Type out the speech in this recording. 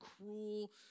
cruel